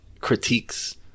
critiques